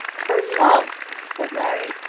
her love! said larry,